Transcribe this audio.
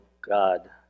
God